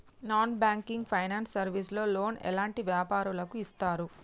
Non banking finance service లో loan ఎలాంటి వ్యాపారులకు ఇస్తరు?